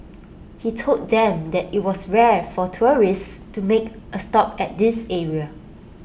he told them that IT was rare for tourists to make A stop at this area